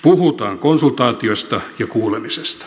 puhutaan konsultaatiosta ja kuulemisesta